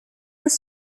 his